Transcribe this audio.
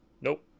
Nope